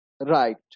right